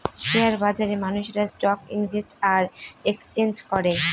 share বাজারে মানুষেরা stock invest আর এক্সচেঞ্জ করে